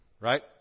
right